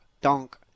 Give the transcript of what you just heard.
Donk